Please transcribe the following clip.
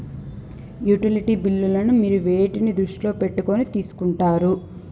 Utility బిల్లులను మీరు వేటిని దృష్టిలో పెట్టుకొని తీసుకుంటారు?